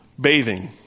bathing